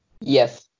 yes